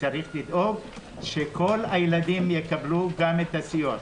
וצריך לדאוג שכל הילדים יקבלו את הסיוע,